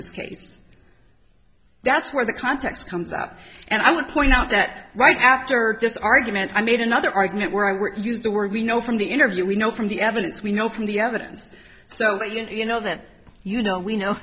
this case that's where the context comes out and i want to point out that right after this argument i made another argument where i wouldn't use the word we know from the interview we know from the evidence we know from the evidence so you know that you know we know